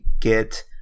get